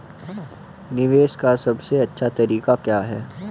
निवेश का सबसे अच्छा तरीका क्या है?